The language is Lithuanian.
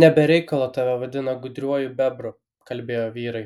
ne be reikalo tave vadina gudriuoju bebru kalbėjo vyrai